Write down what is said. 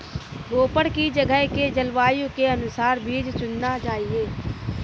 रोपड़ की जगह के जलवायु के अनुसार बीज चुनना चाहिए